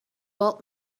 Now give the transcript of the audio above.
old